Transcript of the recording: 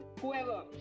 whoever